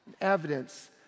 evidence